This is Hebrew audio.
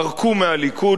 ערקו מהליכוד,